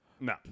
No